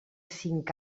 cinc